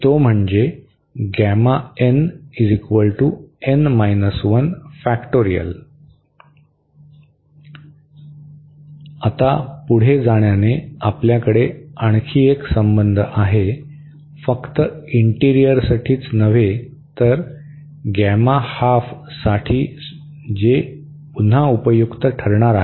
तो म्हणजे आता पुढे जाण्याने आपल्याकडे आणखी एक संबंध आहे फक्त इन्टीरियरसाठीच नव्हे तर साठी जे पुन्हा उपयुक्त ठरणार आहे